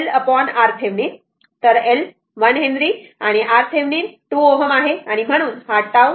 तर L हा 1 henry आहे आणि RThevenin हा 2 Ω आहे